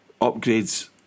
upgrades